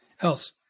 else